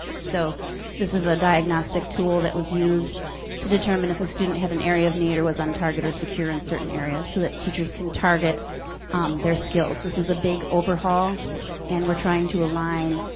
so this is a diagnostic tool that was used to determine if a student had an area of need or was on target or secure in certain areas, so that teachers can target their skills. this was a big overhaul and we're trying to align